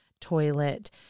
toilet